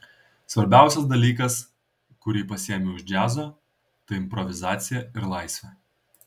svarbiausias dalykas kurį pasiėmiau iš džiazo tai improvizacija ir laisvė